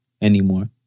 anymore